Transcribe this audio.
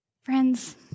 Friends